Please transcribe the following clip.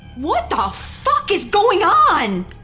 what the fuck is going on?